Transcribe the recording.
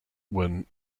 when